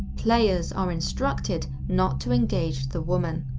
players are instructed not to engage the woman.